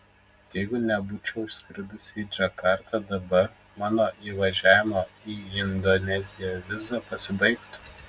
jeigu nebūčiau išskridusi į džakartą dabar mano įvažiavimo į indoneziją viza pasibaigtų